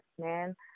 man